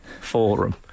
forum